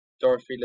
Dorothy